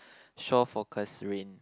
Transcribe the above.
shore for Kasrin